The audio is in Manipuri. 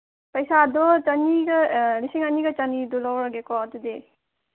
ꯄꯩꯁꯥꯗꯣ ꯆꯅꯤꯒ ꯂꯤꯁꯤꯡ ꯑꯅꯤꯒ ꯆꯅꯤꯗꯨ ꯂꯧꯔꯒꯦꯀꯣ ꯑꯗꯨꯗꯤ